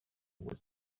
was